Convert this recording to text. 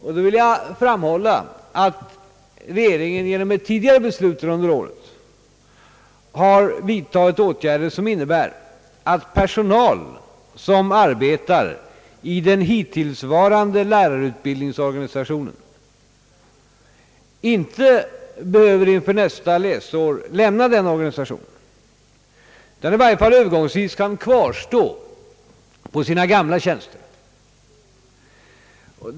Jag vill då betona, att regeringen genom ett tidigare beslut under året har vidtagit åtgärder, som innebär att personal som arbetar i den hittillsvarande lärarutbildningsorganisationen inte behöver inför nästa läsår lämna denna organisation. I varje fall under en övergångstid skall de kvarstå i sina gamla tjänster.